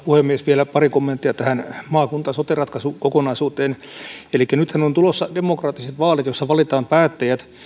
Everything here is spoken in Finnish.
puhemies vielä pari kommenttia tähän maakunta ja sote ratkaisun kokonaisuuteen nythän on tulossa demokraattiset vaalit joissa valitaan päättäjät